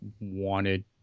wanted